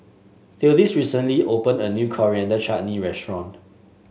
Theodis recently opened a new Coriander Chutney Restaurant